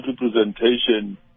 representation